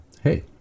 hey